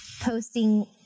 posting